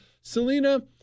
Selena